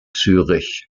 zürich